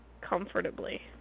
comfortably